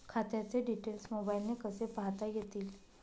खात्याचे डिटेल्स मोबाईलने कसे पाहता येतील?